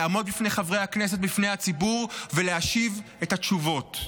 לעמוד בפני חברי הכנסת ובפני הציבור ולהשיב את התשובות.